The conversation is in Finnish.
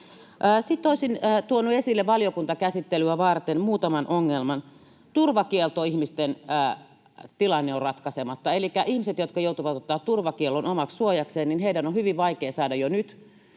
olisin tuonut esille muutaman ongelman. Turvakieltoihmisten tilanne on ratkaisematta. Elikkä ihmisten, jotka joutuvat ottamaan turvakiellon omaksi suojakseen, on jo nyt hyvin vaikea saada